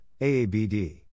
AABD